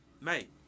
mate